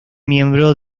miembro